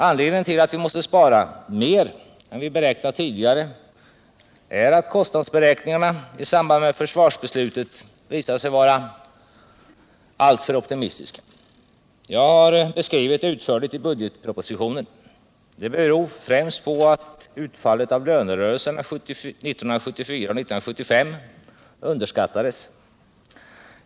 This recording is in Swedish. Anledningen till att vi måste spara mer än vad vi tänkt oss tidigare är att kostnadsberäkningarna i samband med försvarsbeslutet visat sig vara alltför optimistiska. Jag har beskrivit det utförligt i budgetpropositionen. Det beror främst på att utfallet av lönerörelserna 1974 och 1975 underskattades.